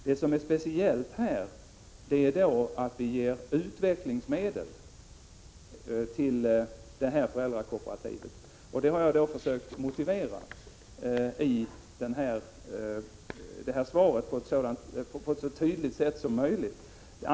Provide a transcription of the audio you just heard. Det som är speciellt här är att vi ger utvecklingsmedel till detta föräldrakollektiv, och det har jag försökt motivera i svaret på ett så tydligt sätt som möjligt.